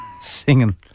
Singing